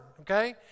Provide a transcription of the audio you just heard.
okay